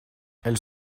elles